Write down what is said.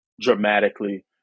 dramatically